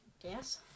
Yes